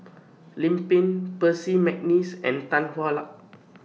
Lim Pin Percy MC Neice and Tan Hwa Luck